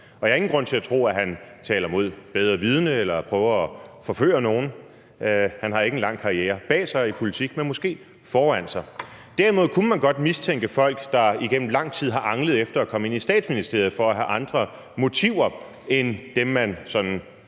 Og jeg har ingen grund til at tro, at han taler mod bedre vidende eller prøver at forføre nogen. Han har ikke en lang karriere bag sig i politik, men måske foran sig. Derimod kunne man godt mistænke folk, der igennem lang tid har anglet efter at komme ind i Statsministeriet, for at have andre motiver end dem, man sådan